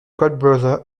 codebrowser